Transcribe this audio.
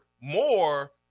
more